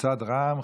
קבוצת סיעת רע"מ: